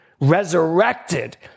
resurrected